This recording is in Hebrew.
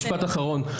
משפט אחרון.